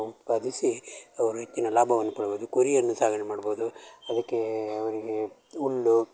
ಉತ್ಪಾದಿಸಿ ಅವರು ಹೆಚ್ಚಿನ ಲಾಭವನ್ನು ಪಡಿಬೋದು ಕುರಿಯನ್ನು ಸಾಕಣೆ ಮಾಡ್ಬೋದು ಅದಕ್ಕೆ ಅವರಿಗೆ ಹುಲ್ಲು